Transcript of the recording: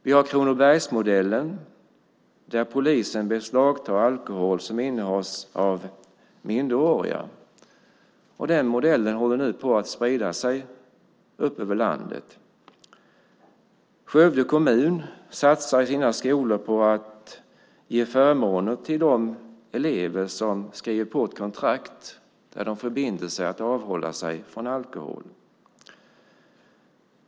Vi har Kronobergsmodellen, där polisen beslagtar alkohol som innehas av minderåriga. Den modellen håller nu på att sprida sig upp över landet. Skövde kommun satsar i sina skolor på att ge förmåner till de elever som skriver på ett kontrakt där de förbinder sig att avhålla sig från alkohol.